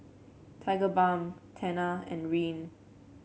Tigerbalm Tena and Rene